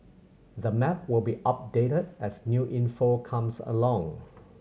the map will be updated as new info comes along